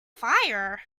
fire